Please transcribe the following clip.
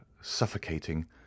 suffocating